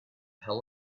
how